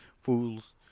Fools